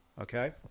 okay